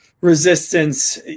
resistance